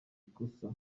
ikosa